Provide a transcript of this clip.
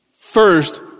First